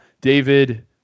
David